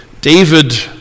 David